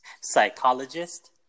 Psychologist